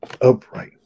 Upright